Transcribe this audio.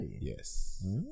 Yes